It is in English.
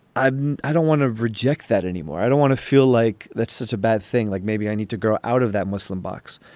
i don't want to reject that anymore. i don't want to feel like that's such a bad thing. like maybe i need to grow out of that muslim box.